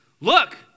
look